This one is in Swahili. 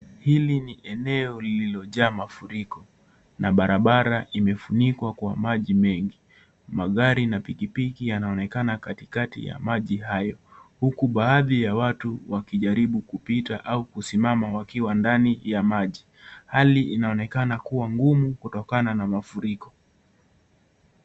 Hili ni eneo lililojaa mafuriko na barabara imefunikwa kwa maji mengi. Magari na pikipiki yanaonekana katikati ya maji hayo, huku baadhi ya watu wakijaribu kupita au kusimama wakiwa ndani ya maji. Hali inaonekana kuwa ngumu kutokana na mafuriko.